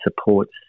supports